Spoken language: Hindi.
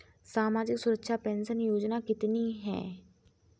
सामाजिक सुरक्षा पेंशन योजना कितनी हैं?